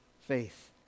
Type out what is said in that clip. faith